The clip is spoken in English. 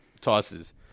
tosses